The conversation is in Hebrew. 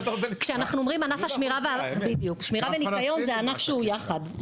כשאנחנו אומרים שמירה וניקיון זה ענף שהוא יחד,